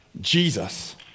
Jesus